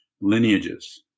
lineages